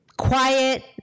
Quiet